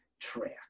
track